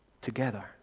together